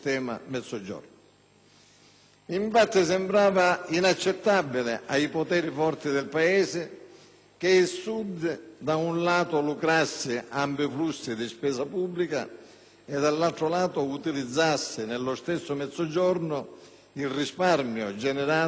Infatti sembrava inaccettabile, ai poteri forti del Paese, che il Sud, da un lato, lucrasse ampi flussi di spesa pubblica e, dall'altro lato, utilizzasse nello stesso Mezzogiorno il risparmio generato dalle famiglie